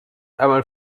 einmal